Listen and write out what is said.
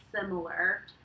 similar